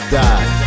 die